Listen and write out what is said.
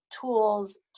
tools